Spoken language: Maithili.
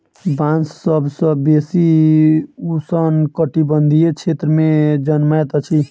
बांस सभ सॅ बेसी उष्ण कटिबंधीय क्षेत्र में जनमैत अछि